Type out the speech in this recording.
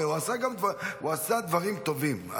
הוא עשה דברים טובים.